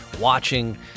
watching